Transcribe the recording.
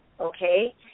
okay